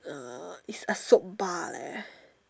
uh it's a soap bar leh